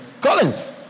Collins